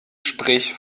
sprich